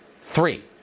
Three